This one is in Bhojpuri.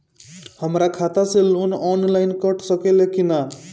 हमरा खाता से लोन ऑनलाइन कट सकले कि न?